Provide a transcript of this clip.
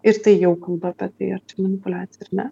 ir tai jau kalba apie tai ar manipuliacija ar ne